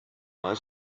while